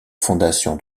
fondation